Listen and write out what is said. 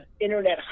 internet